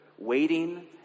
Waiting